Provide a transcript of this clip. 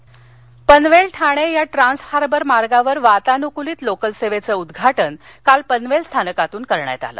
टान्स हार्वर नवीमंबई पनवेल ठाणे या trans harbour मार्गावर वातानुकूलित लोकल सेवेचं उद्घाटन काल पनवेल स्थानकातून करण्यात आलं